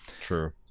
True